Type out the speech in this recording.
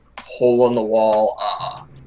hole-in-the-wall